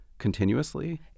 Continuously